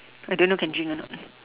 I don't know can drink or not